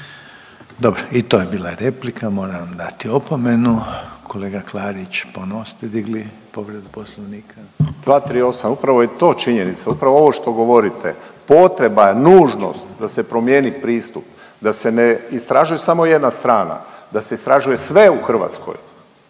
Dobro i to je bila replika. Moram vam dati opomenu. Kolega Klarić ponovo ste digli povredu Poslovnika? **Klarić, Tomislav (HDZ)** 238. Upravo je to činjenica, upravo ovo što govorite potreba je nužnost da se promijeni pristup, da se ne istražuje samo jedna strana, da se istražuje sve u Hrvatskoj